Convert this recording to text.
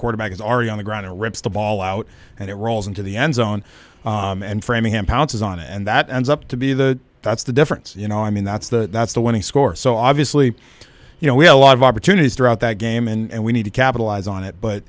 quarterback is already on the ground or rips the ball out and it rolls into the end zone and framingham pounces on it and that ends up to be the that's the difference you know i mean that's the that's the winning score so obviously you know we had a lot of opportunities throughout that game and we need to capitalize on it but